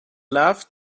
love